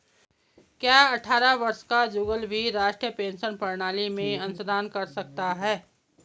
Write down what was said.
क्या अट्ठारह वर्ष का जुगल भी राष्ट्रीय पेंशन प्रणाली में अंशदान कर सकता है?